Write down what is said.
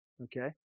Okay